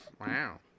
Wow